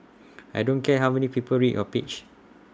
I don't care how many people read your page